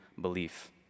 belief